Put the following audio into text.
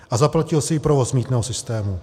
A zaplatil si i provoz mýtného systému.